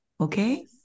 Okay